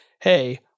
hey